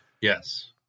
yes